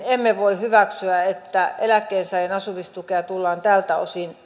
emme voi hyväksyä että eläkkeensaajan asumistukea tullaan näiltä osin